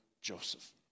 Joseph